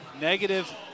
negative